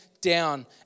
down